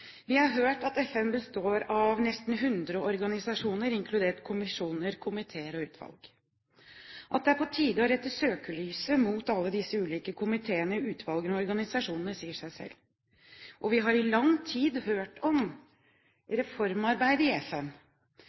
er på tide å rette søkelyset mot alle disse ulike komiteene, utvalgene og organisasjonene, sier seg selv. Vi har i lang tid hørt om reformarbeidet i FN.